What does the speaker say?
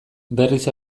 berriz